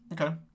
okay